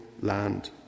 land